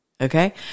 Okay